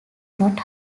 not